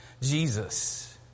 Jesus